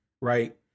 right